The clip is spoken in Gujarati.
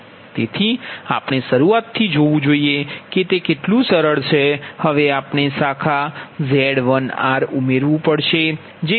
તેથી આપણે શરૂઆતથી જોવું જોઈએ કે તે કેટલું સરળ છે હવે આપણે શાખા Z1r ઉમેરવું પડશે જે 0